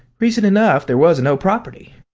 reason enough, there was no property.